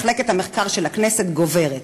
מחלקת המחקר של הכנסת גוברת.